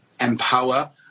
empower